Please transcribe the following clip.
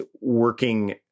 working